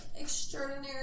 extraordinary